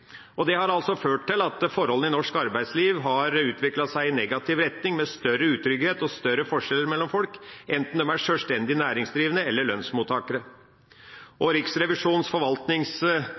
Det har ført til at forholdene i norsk arbeidsliv har utviklet seg i negativ retning, med større utrygghet og større forskjeller mellom folk, enten de er sjølstendig næringsdrivende eller lønnsmottakere. Riksrevisjonens